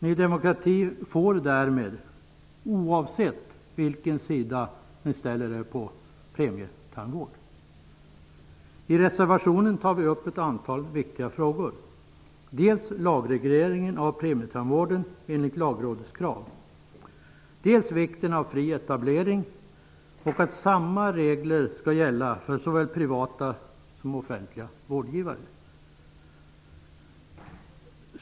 Ny demokrati får därmed, oavsett vilken sida dess ledamöter ställer sig på, premietandvård genomförd. I reservationen tar vi upp ett antal viktiga frågor, avseende dels lagregleringen av premietandvården enligt Lagrådets krav, dels vikten av fri etablering och att samma regler skall gälla för såväl privata som offentliga vårdgivare.